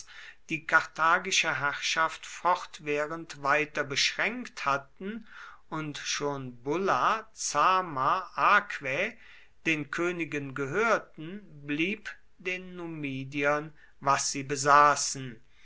die karthagische herrschaft fortwährend weiter beschränkt hatten und schon bulla zama aquae den königen gehörten blieb den numidiern was sie besaßen